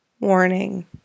Warning